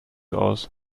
aus